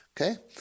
Okay